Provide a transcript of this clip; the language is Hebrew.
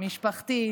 משפחתית,